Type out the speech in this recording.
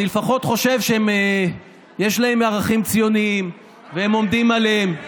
אני לפחות חושב שיש להם ערכים ציוניים והם עומדים עליהם.